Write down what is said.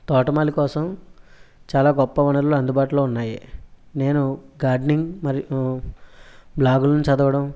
తోటమాలి కోసం చాలా గొప్ప వనరులు అందుబాటులో ఉన్నాయి నేను గార్డెనింగ్ మరియు బ్లాగులను చదవడం